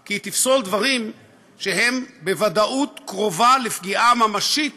כי היא תפסול דברים שהם בוודאות קרובה לפגיעה ממשית